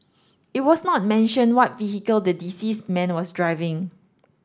it was not mentioned what vehicle the deceased man was driving